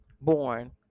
born